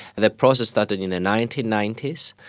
the process started in the nineteen ninety s.